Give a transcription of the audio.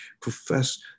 profess